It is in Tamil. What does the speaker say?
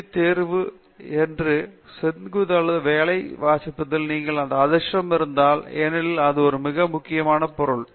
டி தேர்வு என்று அதே செங்குத்து பகுதியில் வேலை நிர்வகிக்க நீங்கள் அதிர்ஷ்டம் இருந்தால் ஏனெனில் அது ஒரு மிக முக்கியமான விஷயம்